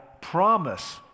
promise